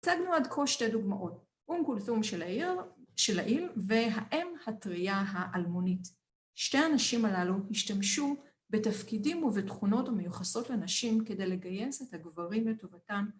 ‫הצגנו עד כה שתי דוגמאות, ‫אום קולסום של העיל ‫והאם הטרייה האלמונית. ‫שתי האנשים הללו השתמשו בתפקידים ‫ובתכונות המיוחסות לנשים ‫כדי לגייס את הגברים לטובתם,